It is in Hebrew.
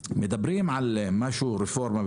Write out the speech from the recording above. מדברים על רפורמה,